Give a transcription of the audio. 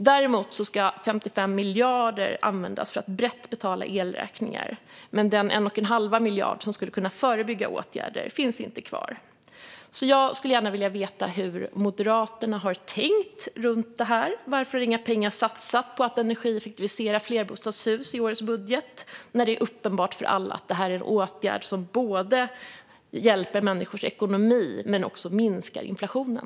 Däremot ska 55 miljarder användas för att brett betala elräkningar. Men den 1 1⁄2 miljard för förebyggande åtgärder finns inte kvar. Jag skulle gärna vilja veta hur Moderaterna har tänkt runt detta och varför inga pengar har satsats på att energieffektivisera flerbostadshus i årets budget, när det är uppenbart för alla att det är en åtgärd som hjälper människors ekonomi men också minskar inflationen.